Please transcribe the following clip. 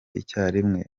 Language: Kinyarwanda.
icyarimwe